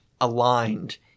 aligned